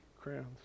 crowns